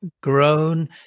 grown